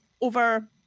over